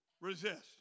Resist